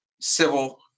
civil